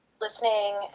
Listening